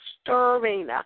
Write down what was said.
stirring